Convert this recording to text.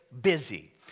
busy